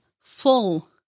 full